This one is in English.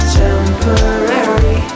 temporary